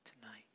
tonight